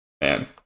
Man